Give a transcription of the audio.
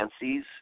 Fancies